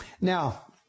Now